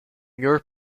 your